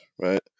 right